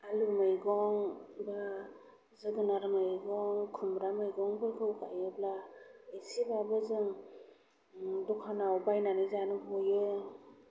आलु मैगं बा जोगोनार मैगं खुमब्रा मैगंफोरखौ गायोब्ला एसेब्लाबो जों दखानआव बायनानै जानो गयो